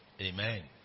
Amen